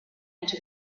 into